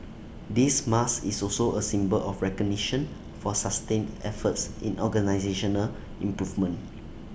this mark is also A symbol of recognition for sustained efforts in organisational improvement